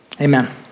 Amen